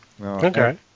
Okay